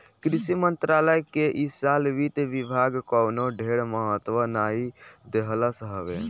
कृषि मंत्रालय के इ साल वित्त विभाग कवनो ढेर महत्व नाइ देहलस हवे